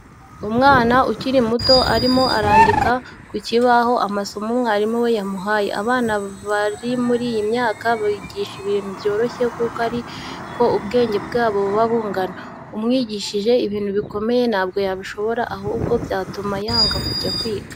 Umwana ukiri muto arimo arandika ku kibaho amasomo mwarimu we yamuhaye, abana bari muri iyi myaka babigisha ibintu byoroshye kuko ariko ubwenge bwabo buba bungana, umwigishije ibintu bikomeye ntabwo yabishobora ahubwo byatuma yanga kujya kwiga.